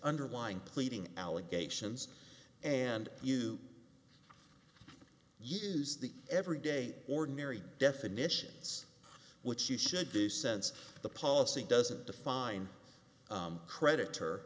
underlying pleading allegations and you use the everyday ordinary definitions which you should do sense the policy doesn't define creditor